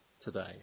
today